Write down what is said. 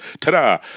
Ta-da